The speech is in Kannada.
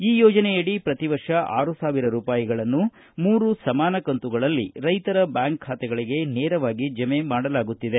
ಈ ಯೋಜನೆಯಡಿ ಪ್ರತಿ ವರ್ಷ ಆರು ಸಾವಿರ ರೂಪಾಯಿಗಳನ್ನು ಮೂರು ಸಮಾನ ಕಂತುಗಳಲ್ಲಿ ರೈತರ ಬ್ಯಾಂಕ್ ಬಾತೆಗಳಿಗೆ ನೇರವಾಗಿ ಜಮೆ ಮಾಡಲಾಗುತ್ತಿದೆ